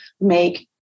make